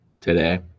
today